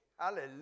Hallelujah